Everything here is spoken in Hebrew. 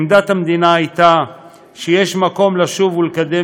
עמדת המדינה הייתה שיש מקום לשוב ולקדם